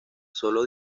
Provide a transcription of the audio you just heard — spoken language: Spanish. solo